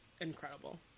incredible